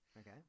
Okay